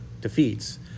defeats